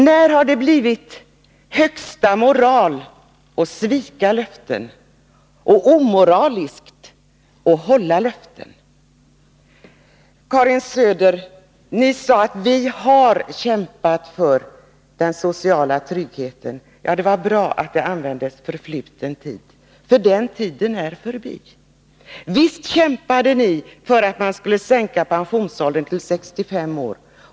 När har det blivit högsta moral att svika löften och omoraliskt att hålla löften? Karin Söder sade att centern har kämpat för den sociala tryggheten. Det var bra att hon använde förfluten tid — ty den tiden är nu förbi. Visst kämpade ni för att man skulle sänka pensionsåldern till 65 år.